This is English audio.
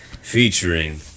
featuring